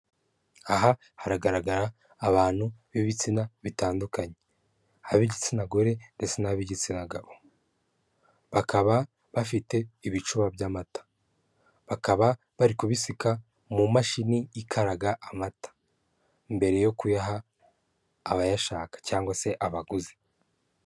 Aha haragaragara abantu b'ibitsina bitandukanye, ab'igitsina gore ndetse n'ab'igitsina gabo, bakaba bafite ibicuba by'amata, bakaba bari kubiseka mu mashini ikaraga amata mbere yo kuyaha abayashaka cyangwa se abaguzi.